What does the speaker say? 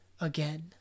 again